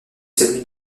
celui